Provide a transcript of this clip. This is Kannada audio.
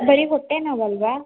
ಬರೀ ಹೊಟ್ಟೆ ನೋವು ಅಲ್ಲವಾ